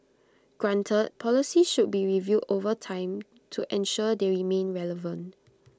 granted policies should be reviewed over time to ensure they remain relevant